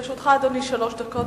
לרשותך, אדוני, שלוש דקות.